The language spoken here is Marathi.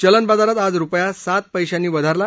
चलन बाजारात आज रुपया सात पैशांनी वधारला